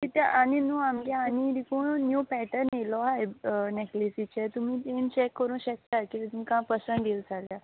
कित्याक आनी न्हय आमगे आनी लेकुनू न्यू पॅटन येयलो हाय नॅकलेसीचे तुमी बी चॅक करूंक शेकता किदें तुमकां पसण बी येला जाल्यार